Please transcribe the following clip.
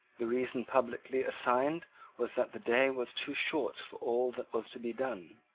the reason publicly assigned was that the day was too short for all that was to be done.